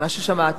מה ששמעת.